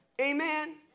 Amen